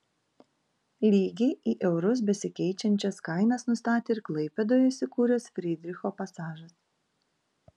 lygiai į eurus besikeičiančias kainas nustatė ir klaipėdoje įsikūręs frydricho pasažas